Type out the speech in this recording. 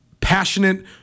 passionate